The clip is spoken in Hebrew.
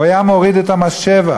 הוא היה מוריד את מס שבח,